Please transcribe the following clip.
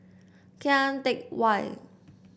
Kian Teck Way